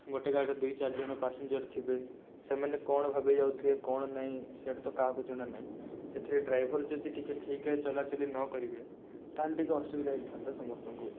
ଗୋଟେ ଗାଡ଼ିର ଦୁଇ ଚାରି ଜଣ ପାସେଞ୍ଜର୍ ଥିବେ ସେମାନେ କ'ଣ ଭାବିକି ଯାଉଥିବେ କ'ଣ ନାଇଁ ସେଇଟା ତ କାହାକୁ ଜଣାନାଇଁ ସେଥିରେ ଡ୍ରାଇଭର ଯଦି ଟିକିଏ ଠିକ୍ରେ ଚଲାଚଲି ନକରିବେ ତାହେଲେ ଟିକିଏ ଅସୁବିଧା ହେଇଥାନ୍ତା ସମସ୍ତଙ୍କୁ